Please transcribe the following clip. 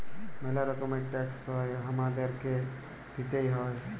ম্যালা রকমের ট্যাক্স হ্যয় হামাদেরকে দিতেই হ্য়য়